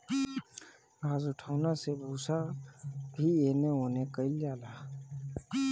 घास उठौना से भूसा भी एने ओने कइल जाला